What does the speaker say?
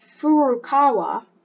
Furukawa